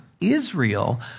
Israel